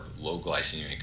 low-glycemic